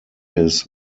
his